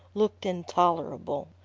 looked intolerable.